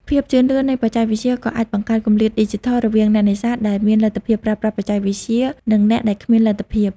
ភាពជឿនលឿននៃបច្ចេកវិទ្យាក៏អាចបង្កើតគម្លាតឌីជីថលរវាងអ្នកនេសាទដែលមានលទ្ធភាពប្រើប្រាស់បច្ចេកវិទ្យា និងអ្នកដែលគ្មានលទ្ធភាព។